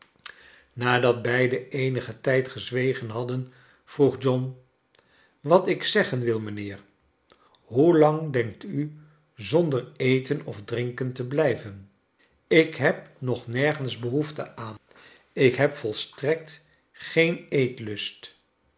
nadat beiden eenigen tijd gezwegen hadden vroeg john wat ik zeggen wil mijnheer hoe lang denkt u zonder eten of drinken te blijven ik heb nog nergens behoefte aan ik heb volstrekt geen eetlust